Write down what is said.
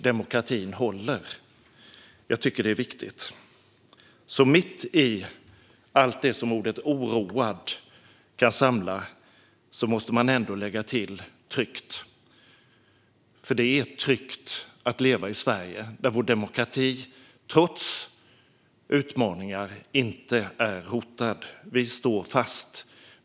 Demokratin håller; jag tycker att det är viktigt. Så mitt i allt det som ordet "oroad" kan samla måste man ändå lägga till "tryggt". Det är tryggt att leva i Sverige, där vår demokrati, trots utmaningar, inte är hotad. Vi står fast.